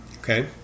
Okay